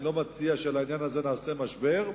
אני לא מציע שעל העניין הזה נעשה משבר.